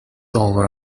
over